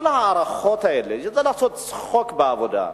כל ההארכות האלה זה לעשות צחוק מהעבודה,